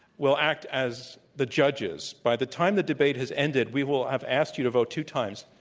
will act as the judges. by the time the debate has ended, we will have asked you to vote two times,